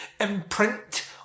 imprint